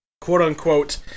quote-unquote